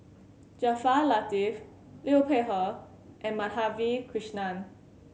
Jaafar Latiff Liu Peihe and Madhavi Krishnan